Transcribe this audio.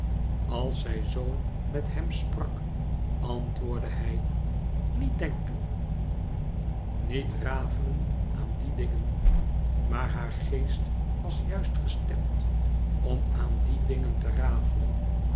als zij zoo met hem sprak antwoordde hij niet denken niet rafelen aan die dingen maar haar geest was juist gestemd om aan die dingen te rafelen